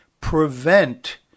prevent